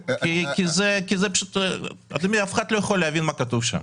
כי אף אחד לא יכול להבין מה כתוב שם.